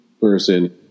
person